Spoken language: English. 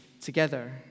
together